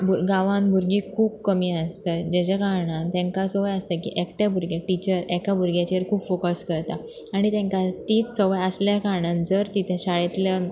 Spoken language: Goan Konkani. गांवान भुरगीं खूब कमी आसता जेज्या कारणान तांकां संवय आसता की एकट्या भुरगे टिचर एका भुरग्याचेर खूब फॉकस करता आनी तांकां तीच संवय आसल्या कारणान जर त्या शाळेंतल्यान